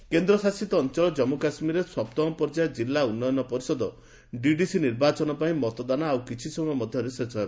JK polling କେନ୍ଦ୍ରଶାସିତ ଅଞ୍ଚଳ ଜନ୍ମୁ କାଶ୍ମୀରରେ ସପ୍ତମ ପର୍ଯ୍ୟାୟ କିଲ୍ଲା ଉନ୍ନୟନ ପରିଷଦ ଡିଡିସି ନିର୍ବାଚନ ପାଇଁ ମତଦାନ ଆଉ କିଛି ସମୟ ମଧ୍ୟରେ ଶେଷ ହେବ